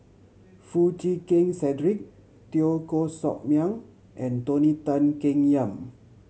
Foo Chee Keng Cedric Teo Koh Sock Miang and Tony Tan Keng Yam